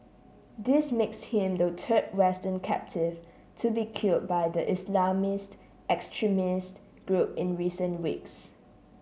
this makes him the third Western captive to be killed by the Islamist extremist group in recent weeks